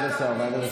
אנחנו צריכים ועדה.